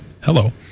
hello